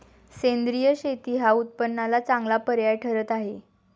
सेंद्रिय शेती हा उत्पन्नाला चांगला पर्याय ठरत आहे